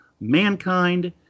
Mankind